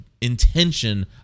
intention